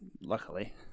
luckily